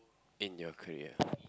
in your career